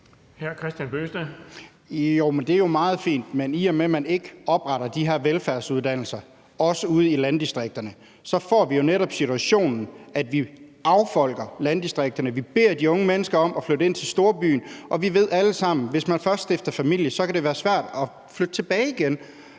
Det er jo meget fint, men i og med at man ikke også opretter de her velfærdsuddannelser ude i landdistrikterne, får vi jo netop den situation, at vi affolker landdistrikterne. Vi beder de unge mennesker om at flytte ind til storbyen, og vi ved alle sammen, at hvis man først stifter familie, kan det være svært at flytte tilbage igen.